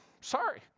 Sorry